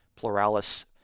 pluralis